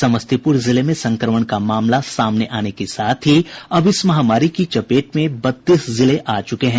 समस्तीपुर जिले में संक्रमण का मामला सामने आने के साथ ही अब इस महामारी की चपेट में बत्तीस जिले आ चुके हैं